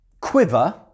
quiver